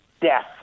death